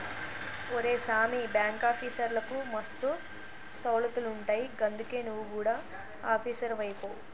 ఒరే సామీ, బాంకాఫీసర్లకు మస్తు సౌలతులుంటయ్ గందుకే నువు గుడ ఆపీసరువైపో